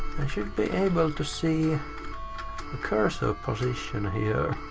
i should be able to see the cursor position here.